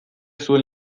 zuen